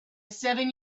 seven